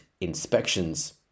inspections